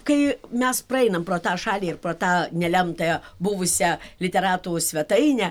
kai mes praeinam pro tą šalį ir pro tą nelemtąją buvusią literatų svetainę